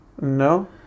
No